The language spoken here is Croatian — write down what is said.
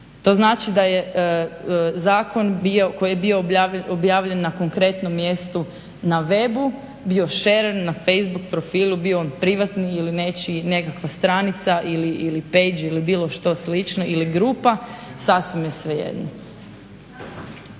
To znači da je zakon bio, koji je bio objavljen na konkretnom mjestu na webu bio share-an na Facebook profilu bio on privatni ili nečiji, nekakva stranica ili page ili bilo što slično ili grupa, sasvim je svejedno.